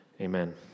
Amen